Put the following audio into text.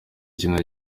kino